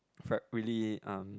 really um